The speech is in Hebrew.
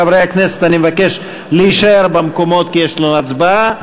חברי הכנסת, אני מבקש להישאר במקומות כי יש הצבעה.